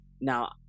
now